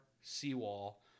seawall